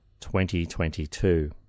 2022